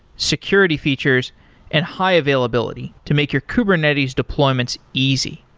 security features and high availability to make your kubernetes deployments easy.